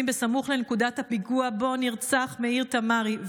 סמוך לנקודת הפיגוע שבו נרצח מאיר תמרי,